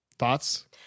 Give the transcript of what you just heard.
thoughts